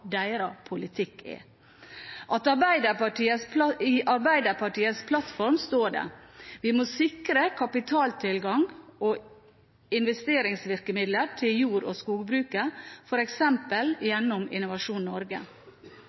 deres politikk er. I Arbeiderpartiets landbrukspolitiske plattform står det: «Vi må sikre kapitaltilgang og investeringsvirkemidler til jord- og skogbruket, f.eks. gjennom Innovasjon Norge.»